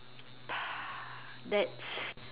that's